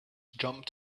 jumped